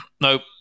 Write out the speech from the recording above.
Nope